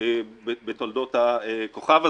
בתולדות הכוכב הזה,